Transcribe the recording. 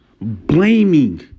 blaming